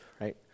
right